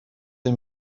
les